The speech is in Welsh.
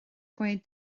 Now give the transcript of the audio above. dweud